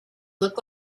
look